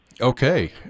Okay